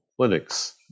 clinics